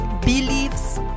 beliefs